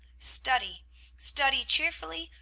study study cheerfully,